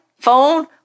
phone